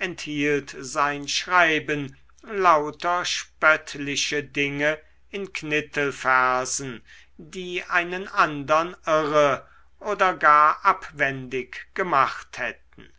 enthielt sein schreiben lauter spöttliche dinge in knittelversen die einen andern irre oder gar abwendig gemacht hätten